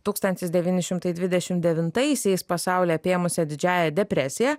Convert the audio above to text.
tūkstantis devyni šimtai dvidešim devintaisiais pasaulį apėmusia didžiąja depresija